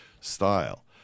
style